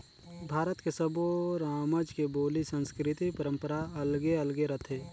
भारत के सब्बो रामज के बोली, संस्कृति, परंपरा अलगे अलगे रथे